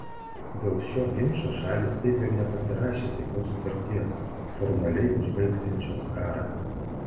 dėl šio ginčo šalys taip ir nepasirašė taikos sutarties formaliai užbaigsiančios karą